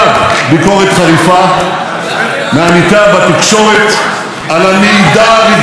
חריפה מעמיתיה בתקשורת על המעידה הרגעית שלה.